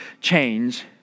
change